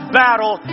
battle